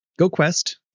GoQuest